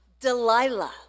Delilah